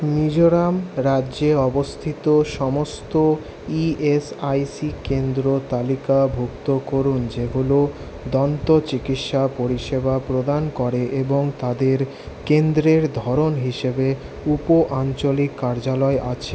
মিজোরাম রাজ্যে অবস্থিত সমস্ত ইএসআইসি কেন্দ্র তালিকাভুক্ত করুন যেগুলো দন্ত চিকিৎসা পরিষেবা প্রদান করে এবং তাদের কেন্দ্রের ধরণ হিসেবে উপ আঞ্চলিক কার্যালয় আছে